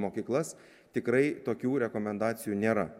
mokyklas tikrai tokių rekomendacijų nėra